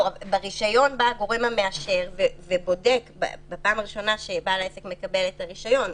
ברישיון בא הגורם המאשר בפעם הראשונה שבעל העסק מקבל את הרישיון,